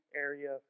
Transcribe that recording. area